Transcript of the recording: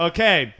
Okay